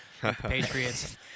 Patriots